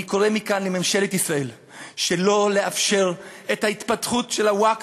אני קורא מכאן לממשלת ישראל שלא לאפשר את ההתפתחות של הווקף,